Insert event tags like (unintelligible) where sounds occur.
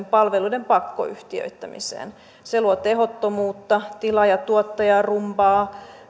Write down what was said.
(unintelligible) palveluiden pakkoyhtiöittämiseen se luo tehottomuutta tilaaja tuottaja rumbaa